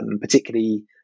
particularly